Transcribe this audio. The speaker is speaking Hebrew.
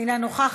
אינו נוכח,